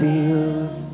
Feels